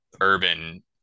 urban